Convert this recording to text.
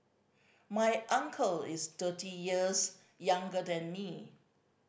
my uncle is thirty years younger than me